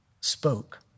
spoke